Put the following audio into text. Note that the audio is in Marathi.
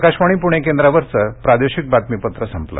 आकाशवाणी पृणे केंद्रावरचं प्रादेशिक बातमीपत्र संपलं